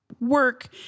work